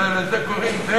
לזה קוראים,